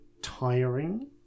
Tiring